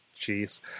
Jeez